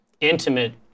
intimate